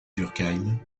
durkheim